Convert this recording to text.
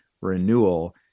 renewal